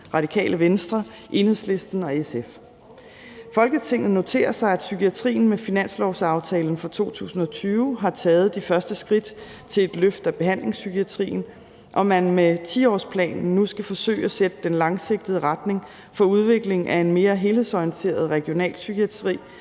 til vedtagelse »Folketinget noterer sig, at psykiatrien med Finanslovsaftalen for 2020 har taget de første skridt til et løft af behandlingspsykiatrien, og at man med 10-årsplanen nu skal forsøge at sætte den langsigtede retning for udvikling af en mere helhedsorienteret regional psykiatri,